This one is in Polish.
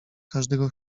każdego